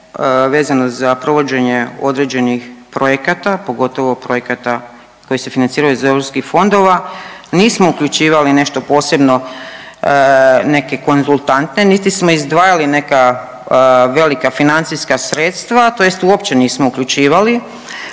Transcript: vezano za provođenje određenih projekata, pogotovo projekata koji se financiraju iz EU fondova, nismo uključivali nešto posebno neke konzultante niti smo izdvajali neka velika financijska sredstva, tj. uopće nismo uključivali.